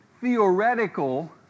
theoretical